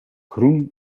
groen